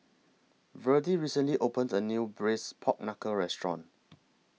Verdie recently opened A New Braised Pork Knuckle Restaurant